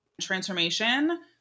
transformation